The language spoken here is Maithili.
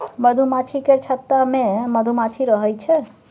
मधुमाछी केर छत्ता मे मधुमाछी रहइ छै